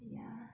ya